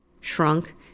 shrunk